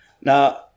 Now